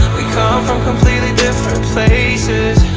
come from completely different places